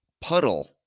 puddle